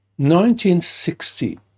1960